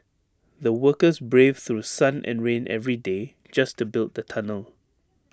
the workers braved through sun and rain every day just to build the tunnel